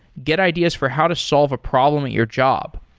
get ideas for how to solve a problem at your job.